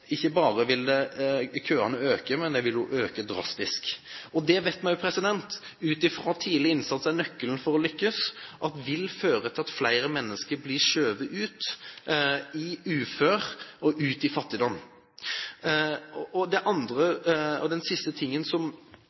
ikke bare vil øke, men vil øke drastisk. Vi vet at tidlig innsats er nøkkelen for å lykkes, slik at ikke flere mennesker blir skjøvet ut i uføre og fattigdom. Det siste som jeg gjerne skulle ha fått avklart, er hvilke planer, mål eller ønsker statsråden har for nettopp å kunne gjøre en tidlig innsats for de mennesker som